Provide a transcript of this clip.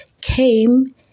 came